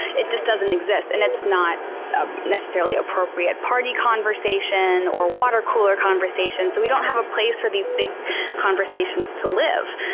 it just doesn't exist, and it's not ah necessarily appropriate party conversation or water cooler conversation. so we don't have a place for these big conversations to live,